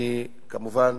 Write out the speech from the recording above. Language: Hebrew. אני כמובן